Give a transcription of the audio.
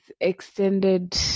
extended